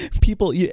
people